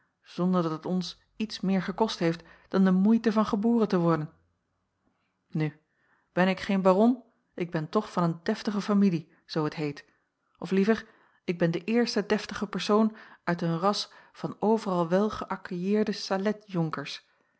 zonder dat het ons iets meer gekost heeft dan de moeite van geboren te worden nu ben ik geen baron ik ben toch van een deftige familie zoo het heet of liever ik ben de eerste deftige persoon uit een ras van overal wel